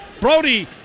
Brody